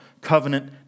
covenant